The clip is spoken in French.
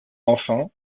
enfin